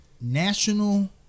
National